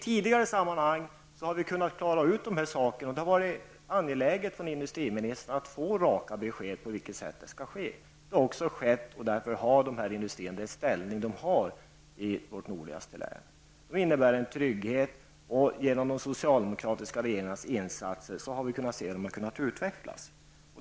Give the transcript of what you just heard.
Tidigare har vi kunnat klara ut dessa saker. Det har varit angeläget att få raka besked från industriministern på vilket sätt det skall ske. Det har också skett, och därför har dessa industrier den ställning som de har i vårt nordligaste län. Det innebär en trygghet, och genom satsningarna av socialdemokratiska regeringar har vi kunnat se hur företagen har utvecklats.